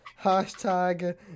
Hashtag